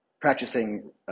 practicing